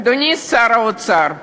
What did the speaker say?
אדוני שר האוצר,